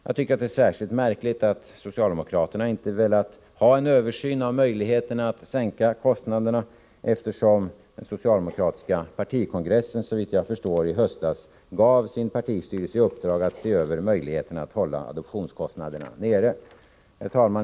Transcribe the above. Jag tycker att det är särskilt märkligt att socialdemokraterna inte vill ha en översyn av möjligheterna att sänka kostnaderna, då den socialdemokratiska partikongressen i höstas, såvitt jag förstår, gav partistyrelsen i uppdrag att se över möjligheterna att hålla adoptionskostnaderna nere. Herr talman!